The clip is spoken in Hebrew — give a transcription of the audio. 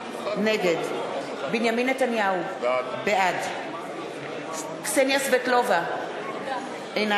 נגד בנימין נתניהו, בעד קסניה סבטלובה, אינה